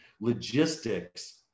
logistics